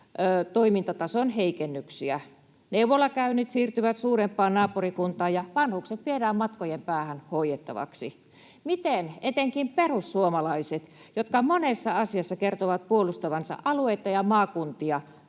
leikkaustoimintatason heikennyksiä. Neuvolakäynnit siirtyvät suurempaan naapurikuntaan, ja vanhukset viedään matkojen päähän hoidettavaksi. Miten etenkin te perussuomalaiset, jotka monessa asiassa kerrotte puolustavanne alueita ja maakuntia,